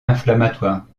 inflammatoire